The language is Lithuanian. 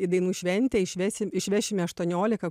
į dainų šventę išvesim išvešime aštuonioliką